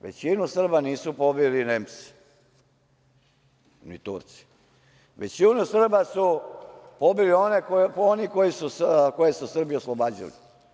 Većinu Srba nisu pobili Nemci, ni Turci, većinu Srba su pobili oni koje su Srbi oslobađali.